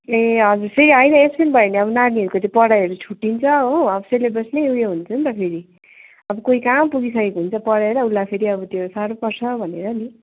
ए हजुर फेरि हैन एब्सेन्ट भयो भने अब नानीहरूको त्यो पढाइहरू छुट्टिन्छ हो हाफ सिलेबस नै ऊ यो हुन्छ नि त फेरि अब कोही कहाँ पुगिसकेको हुन्छ पढेर उसलाई फेरि अब त्यो साह्रो पर्छ भनेर नि